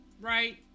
right